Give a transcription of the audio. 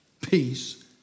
peace